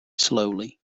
slowly